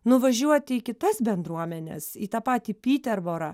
nuvažiuot į kitas bendruomenes į tą patį pitervorą